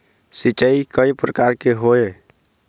सिचाई कय प्रकार के होये?